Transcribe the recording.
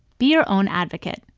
be your own advocate,